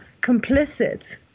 complicit